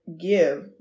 give